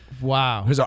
Wow